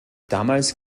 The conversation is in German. damals